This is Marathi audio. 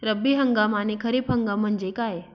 रब्बी हंगाम आणि खरीप हंगाम म्हणजे काय?